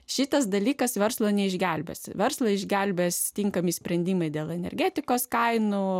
šitas dalykas verslo neišgelbės verslą išgelbės tinkami sprendimai dėl energetikos kainų